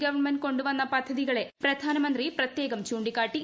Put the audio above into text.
government കൊണ്ടുവന്ന പദ്ധതികളെ പ്രധാനമന്ത്രി പ്രത്യേകം ചൂണ്ടിക്കാട്ടി